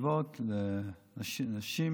לישיבות ולאנשים